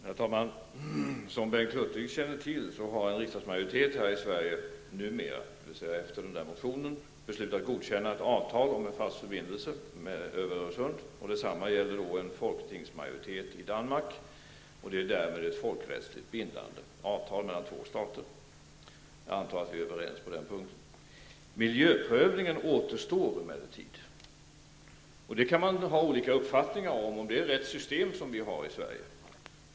Herr talman! Som Bengt Hurtig känner till så har en riksdagsmajoritet i Sverige numera, dvs. efter den där motionen, beslutat att godkänna ett avtal om en fast förbindelse över Öresund. Detsamma gäller en folketingsmajoritet i Danmark. Det är fråga om ett folkrättsligt bindande avtal mellan två stater. Jag antar att vi är överens på den punkten. Miljöprövningen återstår emellertid. Man kan ha olika uppfattningar om huruvida vi har rätt system i Sverige.